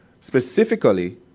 Specifically